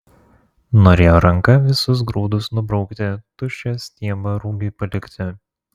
norėjo ranka visus grūdus nubraukti tuščią stiebą rugiui palikti